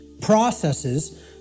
processes